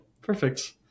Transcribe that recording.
Perfect